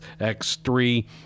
X3